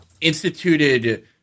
instituted